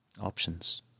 options